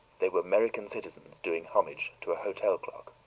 they were american citizens doing homage to a hotel clerk.